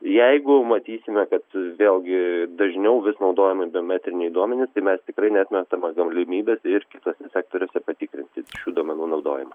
jeigu matysime kad vėlgi dažniau vis naudojami biometriniai duomenys tai mes tikrai neatmetame galimybės ir kituose sektoriuose patikrinti šių duomenų naudojimą